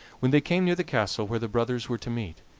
when they came near the castle where the brothers were to meet,